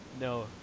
no